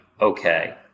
okay